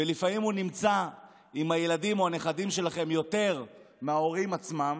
ולפעמים הוא נמצא עם הילדים או הנכדים שלכם יותר מההורים עצמם